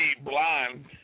blind